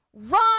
run